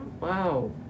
wow